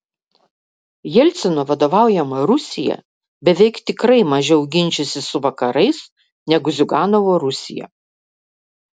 jelcino vadovaujama rusija beveik tikrai mažiau ginčysis su vakarais negu ziuganovo rusija